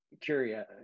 curious